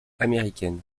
américaine